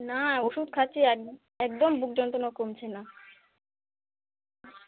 না ওষুধ খাচ্ছি এক একদম বুক যন্ত্রণা কমছে না